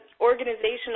organizational